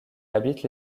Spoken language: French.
habitent